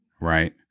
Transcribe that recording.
right